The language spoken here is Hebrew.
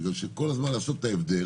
בגלל שכל הזמן לעשות את ההבדל,